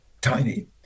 tiny